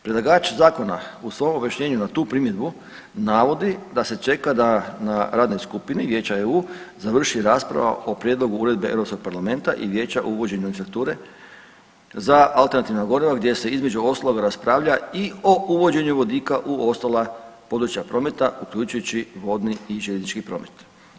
Predlagač zakona u svom objašnjenju na tu primjedbu navodi da se čeka da na radnoj skupini Vijeća EU završi rasprava o Prijedlogu uredbe Europskog parlamenta i Vijeća o uvođenju … za alternativna goriva gdje se između ostalog raspravlja i o uvođenju vodika u ostala područja prometa, uključujući vodni i željeznički promet.